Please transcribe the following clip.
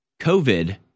COVID